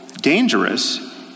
dangerous